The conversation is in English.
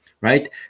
right